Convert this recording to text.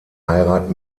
heirat